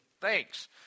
thanks